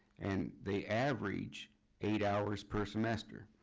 and they average eight hours per semester.